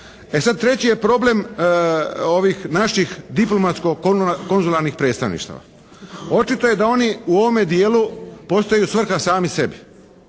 E sad, treći je problem ovih naših diplomatsko konzularnih predstavništava. Očito je da oni u ovome dijelu postaju svrha sami sebi.